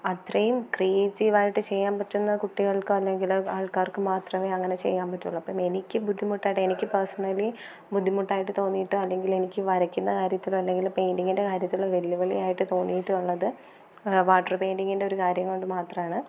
അത്രയും ക്രീയേറ്റീവ് ആയിട്ട് ചെയ്യാൻ പറ്റുന്ന കുട്ടികൾക്ക് അല്ലെങ്കിൽ ആൾക്കാർക്ക് മാത്രമേ അങ്ങനെ ചെയ്യാൻ പറ്റൂള്ളൂ അപ്പോൾ എനിക്ക് ബുദ്ധിമുട്ടായിട്ട് എനിക്ക് പേർസണലി ബുദ്ധിമുട്ടായിട്ട് തോന്നിയിട്ടോ അല്ലെങ്കിൽ എനിക്ക് വരയ്ക്കുന്ന കാര്യത്തിലോ അല്ലെങ്കിൽ പെയിൻറ്റിംഗിൻ്റെ കാര്യത്തിലോ വെല്ലുവിളി ആയിട്ട് തോന്നിയിട്ടുള്ളത് വാട്ടർ പെയിൻറ്റിംഗിൻ്റെ ഒരു കാര്യം കൊണ്ട് മാത്രമാണ്